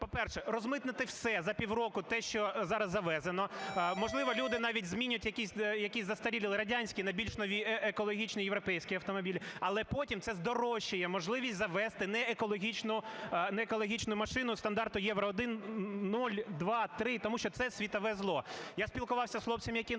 по-перше, розмитнити все за півроку те, що зараз завезено. Можливо, люди навіть змінять якісь застаріли радянські на більш нові екологічні європейські автомобілі, але потім це здорожчає можливість завезти неекологічну машину стандарту Євро-1, 0, 2, 3, тому що це світове зло. Я спілкувався з хлопцями, які там